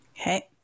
okay